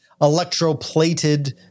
electroplated